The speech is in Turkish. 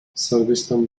sırbistan